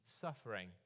suffering